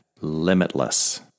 limitless